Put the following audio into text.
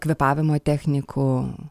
kvėpavimo technikų